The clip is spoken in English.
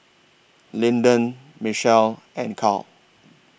Linden Michele and Carl